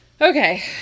okay